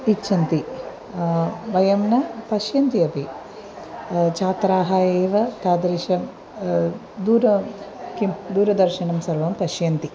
इच्छन्ति वयं न पश्यन्ति अपि छात्राः एव तादृशं दूरं किं दूरदर्शनं सर्वं पश्यन्ति